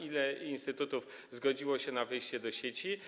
Ile instytutów zgodziło się na wejście do sieci?